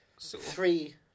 Three